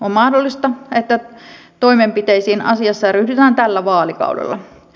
on mahdollista että toimenpiteisiin asiassa ryhdytään tällä vaalikaudella